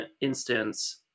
instance